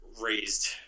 raised